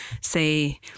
say